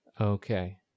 okay